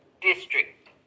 district